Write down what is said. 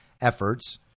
efforts